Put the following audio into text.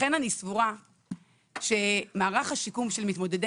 לכן אני סבורה שמערך השיקום של מתמודדי